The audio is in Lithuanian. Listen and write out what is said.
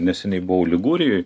neseniai buvau ligūrijoj